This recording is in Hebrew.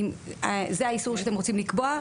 אם זה האיסור שאתם רוצים לקבוע,